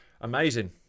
Amazing